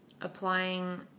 applying